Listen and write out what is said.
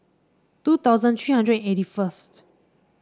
two thousand three hundred eighty first